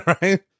right